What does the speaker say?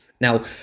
now